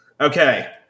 Okay